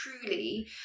Truly